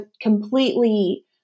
completely